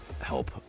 help